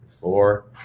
four